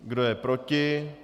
Kdo je proti?